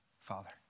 Father